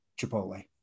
Chipotle